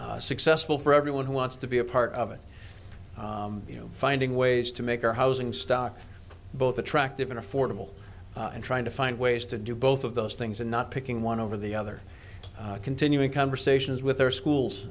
is successful for everyone who wants to be a part of it you know finding ways to make our housing stock both attractive and affordable and trying to find ways to do both of those things and not picking want to over the other continuing conversations with our schools